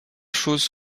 chose